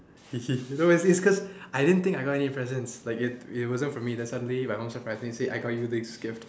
you know why is is cause I didn't think I got any presents like it wasn't for me then suddenly my mom surprise me say I got you this gift